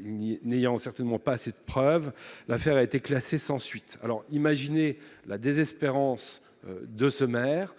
n'ayant certainement pas assez de preuves, l'affaire a été classée sans suite, alors imaginez la désespérance de ce maire